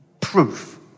proof